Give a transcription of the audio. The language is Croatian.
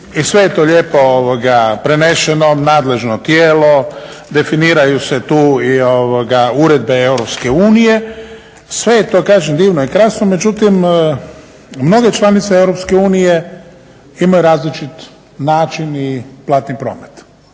i sve je to lijepo preneseno, nadležno tijelo, definiraju se tu i uredbe Europske unije. Sve je to kažem divno i krasno međutim, mnoge članice Europske unije imaju različit način i platni promet